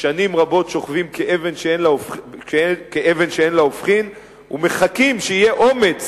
חלק מהם שנים רבות שוכבים כאבן שאין לה הופכין ומחכים שיהיה אומץ